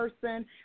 person